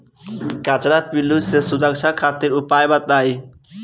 कजरा पिल्लू से सुरक्षा खातिर उपाय बताई?